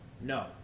No